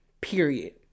Period